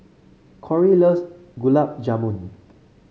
Korey loves Gulab Jamun